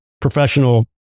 professional